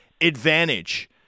advantage